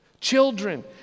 Children